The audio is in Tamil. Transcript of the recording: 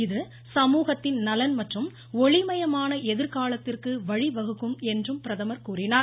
இது சமூகத்தின் நலன் மற்றும் ஒளிமயமான எதிர்காலத்திற்கு வழிவகுக்கும் என்று கூறினார்